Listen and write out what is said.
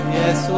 yes